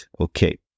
Okay